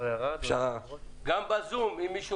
ביקשנו גם בנייר